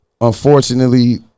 Unfortunately